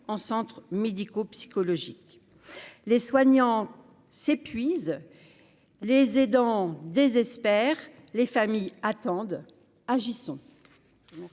en centres médico-psychologiques, les soignants s'épuise les aidants désespère les familles attendent agissons.